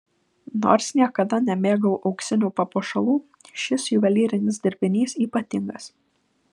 nors niekada nemėgau auksinių papuošalų šis juvelyrinis dirbinys ypatingas